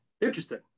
interesting